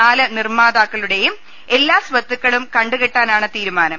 നാല് നിർമ്മാക്കളുടെയും എല്ലാ സ്ഥത്തുക്കളും കണ്ടു കെട്ടാനാണ് തീരുമാനം